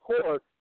Court